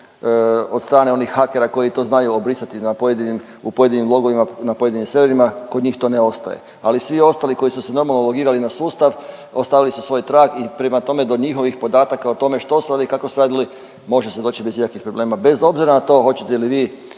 od strane onih hakera koji to znaju obrisati na pojedinim u pojedinim logovima na pojedinim serverima kod njih to ne ostaje. Ali svi ostali koji su se normalno ulogirali na sustav ostavili su svoj trag i prema tome do njihovih podataka o tome što su radili i kako su radili može se doći bez ikakvih problema, bez obzira na to hoćete li vi